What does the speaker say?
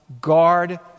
guard